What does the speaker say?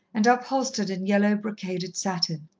and upholstered in yellow, brocaded satin.